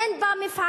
אין בה מפעלים,